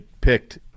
picked